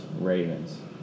Ravens